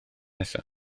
nesaf